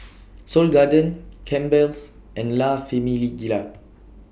Seoul Garden Campbell's and La Famiglia